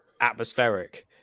atmospheric